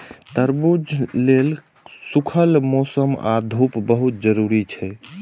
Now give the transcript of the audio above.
तरबूज लेल सूखल मौसम आ धूप बहुत जरूरी छै